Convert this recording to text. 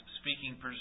speaking